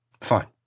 Fine